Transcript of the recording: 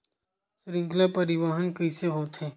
श्रृंखला परिवाहन कइसे होथे?